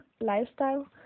lifestyle